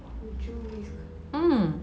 what would you risk ah